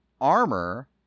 armor